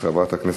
חברת הכנסת.